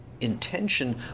intention